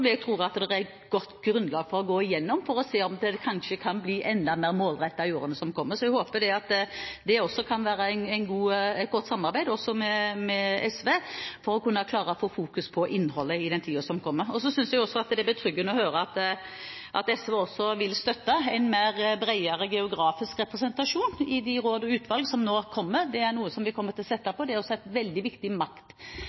tror det er et godt grunnlag for å gå igjennom dette for å se om vi kanskje kan bli enda mer målrettede i årene som kommer. Jeg håper at det kan bli et godt samarbeid, også med SV, om å fokusere på innholdet i tiden som kommer. Jeg synes det er betryggende å høre at SV vil støtte en bredere geografisk representasjon i de råd og utvalg som nå kommer. Det er noe vi kommer til å sette